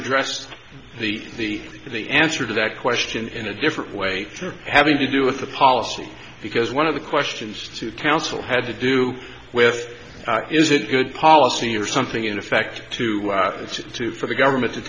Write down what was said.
address the the answer to that question in a different way to having to do with the policy because one of the questions to council had to do with is it good policy or something in effect to institute for the government to